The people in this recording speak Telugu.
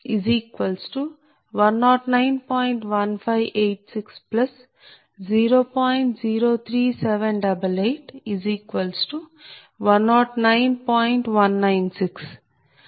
196